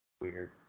Weird